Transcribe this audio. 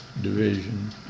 division